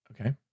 Okay